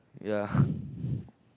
yeah